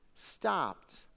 stopped